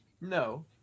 No